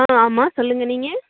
ஆ ஆமாம் சொல்லுங்கள் நீங்கள்